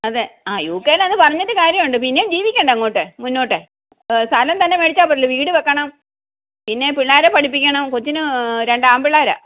അതെ ആ യു കെയിലാണ് പറഞ്ഞിട്ട് കാര്യമുണ്ട് പിന്നെയും ജീവിക്കേണ്ട അങ്ങോട്ട് മുന്നോട്ട് സ്ഥലം തന്നെ മേടിച്ചാൽ പറ്റില്ല വീട് വെക്കണം പിന്നെ പിള്ളേരെ പഠിപ്പിക്കണം കൊച്ചിന് രണ്ട് ആൺപിള്ളേരാണ്